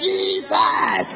Jesus